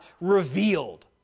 revealed